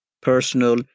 personal